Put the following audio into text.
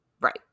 Right